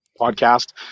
podcast